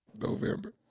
November